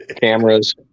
cameras